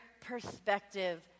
perspective